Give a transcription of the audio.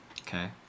Okay